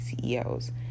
CEOs